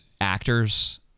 actors